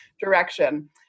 direction